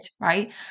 right